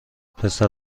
پسر